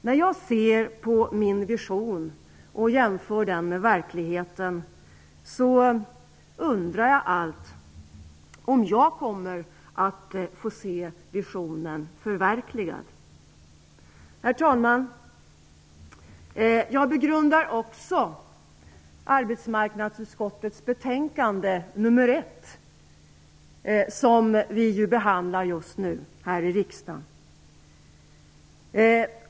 När jag jämför min vision med verkligheten undrar jag allt om jag kommer att få se visionen förverkligad. Herr talman! Jag begrundar också arbetsmarknadsutskottets betänkande nr 1, som vi behandlar just nu här i riksdagen.